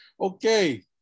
Okay